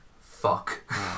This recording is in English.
fuck